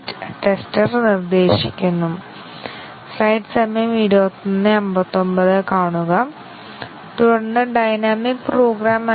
അതുപോലെ ഞങ്ങൾ അന്വേഷിക്കും A C എന്നിവ സ്ഥിരമായി നിലനിർത്തുന്നതിലൂടെ നമ്മൾ ടോഗിൾ ചെയ്യുമ്പോൾ ഫലം ടോഗിൾ ചെയ്യും